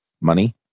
money